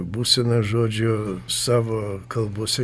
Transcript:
būsena žodžiu savo kalbose